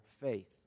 faith